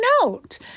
note